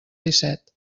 disset